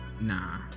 Nah